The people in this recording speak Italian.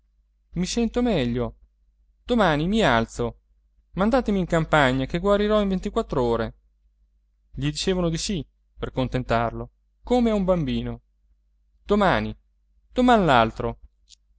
i sento meglio domani mi alzo mandatemi in campagna che guarirò in ventiquattr'ore gli dicevano di sì per contentarlo come a un bambino domani doman